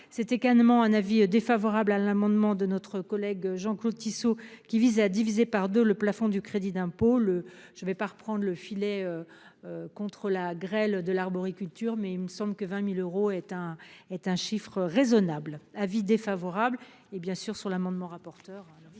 c'était quasiment un avis des. Favorable à l'amendement de notre collègue Jean-Claude Tissot qui vise à diviser par 2 le plafond du crédit d'impôt le je ne vais pas prendre le filet. Contre la grêle de l'arboriculture, mais il me semble que 20.000 euros est un est un chiffre raisonnable avis défavorable et bien sûr sur l'amendement rapporteur.